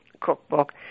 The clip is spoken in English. cookbook